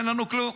אין לנו כלום.